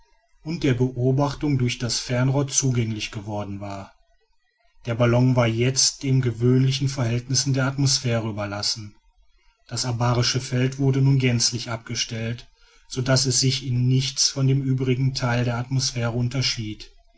und der beobachtung durch das fernrohr zugänglich geworden war der ballon war jetzt den gewöhnlichen verhältnissen der atmosphäre überlassen das abarische feld wurde nun gänzlich abgestellt so daß es sich in nichts von den übrigen teilen der atmosphäre unterschied